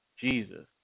Jesus